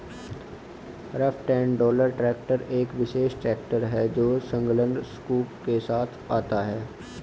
front end loader tractor एक विशेष tractor है जो संलग्न स्कूप के साथ आता है